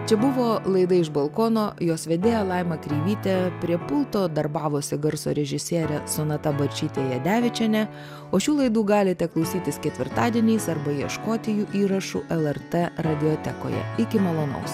čia buvo laida iš balkono jos vedėja laima kreivytė prie pulto darbavosi garso režisierė sonata barčytė jadevičienė o šių laidų galite klausytis ketvirtadieniais arba ieškoti jų įrašų lrt radiotekoje iki malonaus